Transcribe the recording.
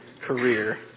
career